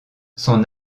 son